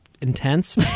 intense